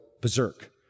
berserk